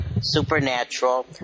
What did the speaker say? Supernatural